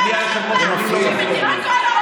זה מפריע.